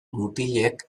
mutilek